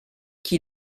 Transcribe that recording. qui